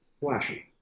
flashy